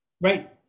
right